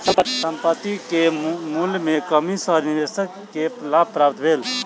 संपत्ति के मूल्य में कमी सॅ निवेशक के लाभ प्राप्त भेल